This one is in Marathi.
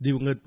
दिवंगत पु